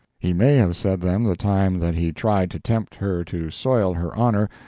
he may have said them the time that he tried to tempt her to soil her honor,